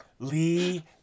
Lee